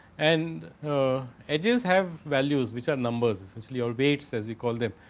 and edges have values, which are numbers essentially all weights as we call them.